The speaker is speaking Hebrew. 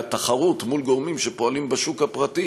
התחרות מול גורמים שפועלים בשוק הפרטי